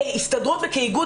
כהסתדרות וכאיגוד,